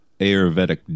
Ayurvedic